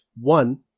one